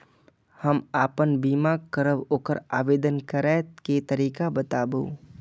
हम आपन बीमा करब ओकर आवेदन करै के तरीका बताबु?